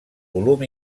volum